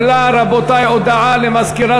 להקים ועדה מיוחדת